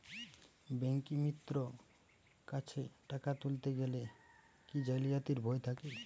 ব্যাঙ্কিমিত্র কাছে টাকা তুলতে গেলে কি জালিয়াতির ভয় থাকে?